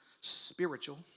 spiritual